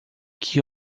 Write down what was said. que